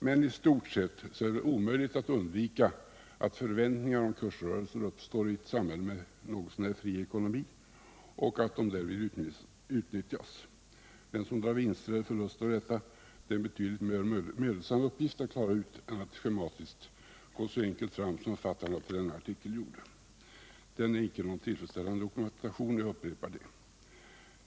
Men i stort sett är det omöjligt att undvika att förväntningar om kursrörelser uppstår i ett samhälle med något så när fri ekonomi och att dessa förväntningar utnyttjas. Vem som drar vinst av eller gör förlust på grund av detta är en betydligt mer mödosam uppgift att klara ut än att schematiskt gå så enkelt fram som författarna till den ifrågavarande artikeln gjorde. Den är icke någon tillfredsställande dokumentation; jag upprepar det.